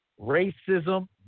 racism